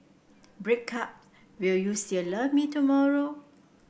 breakup Will you still love me tomorrow